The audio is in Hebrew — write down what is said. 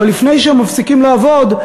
אבל לפני שהם מפסיקים לעבוד,